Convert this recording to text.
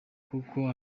kuko